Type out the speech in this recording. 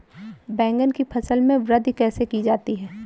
बैंगन की फसल में वृद्धि कैसे की जाती है?